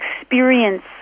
experience